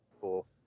cool